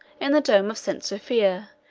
in the dome of st. sophia,